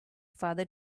father